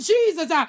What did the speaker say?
Jesus